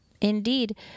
Indeed